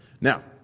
Now